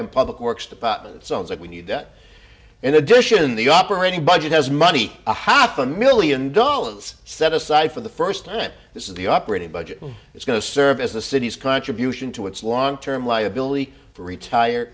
and public works department sounds like we need that in addition the operating budget has money a half a million dollars set aside for the first time this is the operating budget it's going to serve as the city's contribution to its long term liability for retire